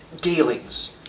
dealings